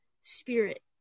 spirit